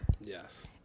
Yes